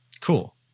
cool